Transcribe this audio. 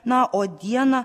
na o dieną